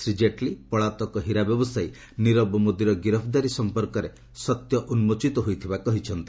ଶ୍ରୀ ଜେଟ୍ଲୀ ପଳାତକ ହୀରା ବ୍ୟବସାୟୀ ନିରବ ମୋଦିର ଗିରଫଦାରୀ ସମ୍ପର୍କରେ ସତ୍ୟ ଉନ୍ଦୋଚିତ ହୋଇଥିବା କହିଛନ୍ତି